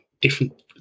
different